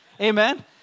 Amen